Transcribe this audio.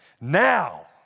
Now